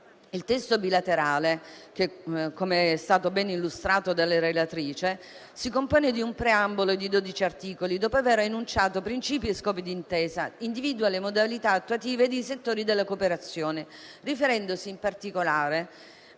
Il testo bilaterale, come è stato ben illustrato dalla relatrice, si compone di un preambolo e di 12 articoli; dopo aver enunciato princìpi e scopi di intesa, individua le modalità attuative e i settori della cooperazione, riferendosi in particolare